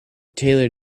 taylor